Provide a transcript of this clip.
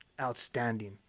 outstanding